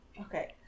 Okay